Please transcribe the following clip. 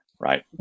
right